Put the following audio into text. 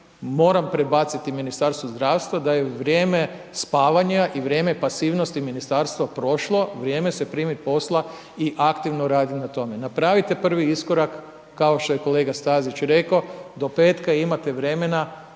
moram predbaciti Ministarstvu zdravstva da je u vrijeme spavanja i vrijeme pasivnosti Ministarstva prošlo, vrijeme se primit posla i aktivno radit na tome. Napravite prvi iskorak kao što je kolega Stazić rekao, do petka imate vremena,